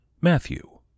Matthew